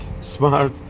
smart